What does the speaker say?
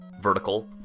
vertical